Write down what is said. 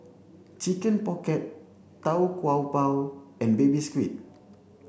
chicken pocket Tau Kwa Pau and baby squid